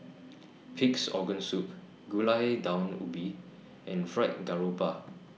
Pig'S Organ Soup Gulai Daun Ubi and Fried Garoupa